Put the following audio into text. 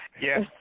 Yes